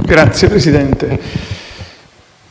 Signora Presidente,